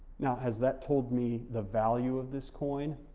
now, has that told me the value of this coin?